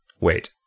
wait